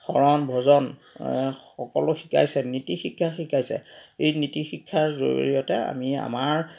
শৰণ ভজন সকলো শিকাইছে নীতি শিক্ষা শিকাইছে এই নীতি শিক্ষাৰ জৰিয়তে আমি আমাৰ